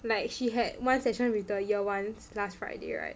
like she had one session with the year ones last Friday right